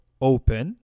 open